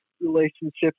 relationships